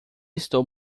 estou